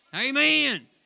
Amen